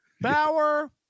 Bauer